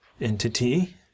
entity